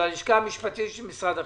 של הלשכה המשפטית של משרד החינוך,